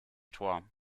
tor